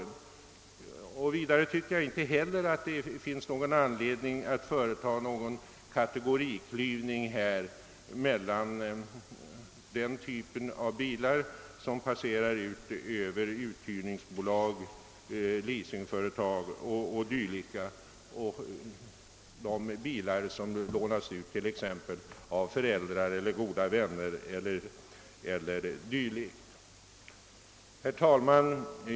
Jag tycker inte heller att det finns någon anledning att göra någon kategoriklyvning mellan de bilar som passerar ut genom uthyrningsbolag, leasingföretag, osv., och de bilar som lånas ut av föräldrar, goda vänner eller dylikt. Herr talman!